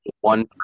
one